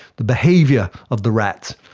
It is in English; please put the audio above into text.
the behaviour of the rats,